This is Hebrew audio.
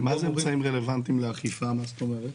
מה זה אמצעים רלוונטיים לאכיפה, מה זאת אומרת?